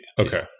Okay